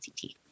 CT